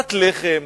פת לחם,